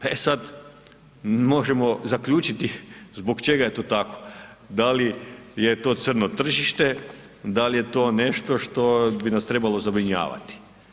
E sad, možemo zaključiti zbog čega je to tako, da li je to crno tržište, da li je to nešto što bi nas trebalo zabrinjavati.